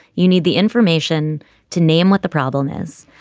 you need the information to name what the problem is,